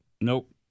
Nope